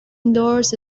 indoors